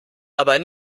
aber